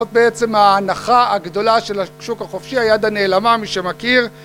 בעצם ההנחה הגדולה של השוק החופשי היד הנעלמה מי שמכיר